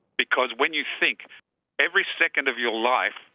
because when you think every second of your life,